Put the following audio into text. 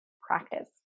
practice